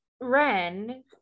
Ren